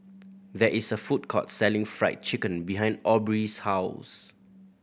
there is a food court selling Fried Chicken behind Aubree's house